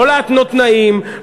לא להתנות תנאים,